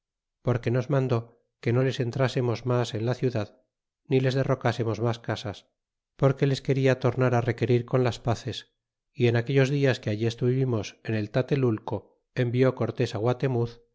porque nos mandó que no les entrásemos mas en la ciudad ni les derrocásemos mas casas porque les quería tornar á requerir con las paces y en aquellos dias que allí estuvimos en el tatelulco envió cortés guatemuz